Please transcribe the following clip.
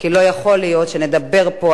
כי לא יכול להיות שנדבר פה,